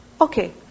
Okay